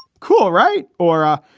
cool, right. or.